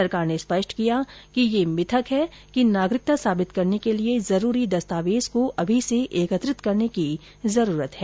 सरकार ने स्पष्ट किया है कि यह मिथक है कि नागरिकता साबित करने के लिए जरूरी दस्तावेज को अभी से एकत्रित करने की जरूरत है